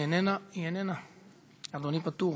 אם היא איננה, היא איננה, אדוני פטור.